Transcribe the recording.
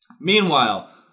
Meanwhile